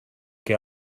què